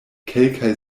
kelkaj